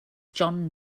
john